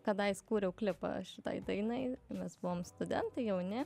kadais kūriau klipą šitai dainai mes buvom studentai jauni